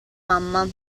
mamma